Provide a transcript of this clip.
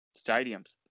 stadiums